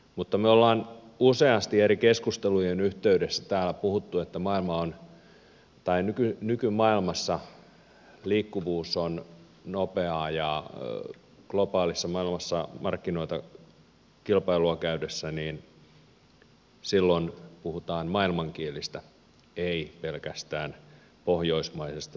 mutta me olemme useasti eri keskustelujen yhteydessä täällä puhuneet että nykymaailmassa liikkuvuus on nopeaa ja globaalissa maailmassa markkinoilla kilpailua käydessä puhutaan maailmankielistä ei pelkästään pohjoismaisesta sukulaiskielestä